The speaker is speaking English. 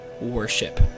Worship